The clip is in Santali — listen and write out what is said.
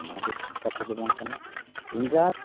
ᱱᱚᱣᱟ ᱫᱚ ᱴᱷᱤᱠ ᱠᱟᱛᱷᱟ ᱫᱚ ᱵᱟᱝ ᱠᱟᱱᱟ ᱮᱸᱜᱟᱛ